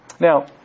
Now